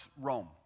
rome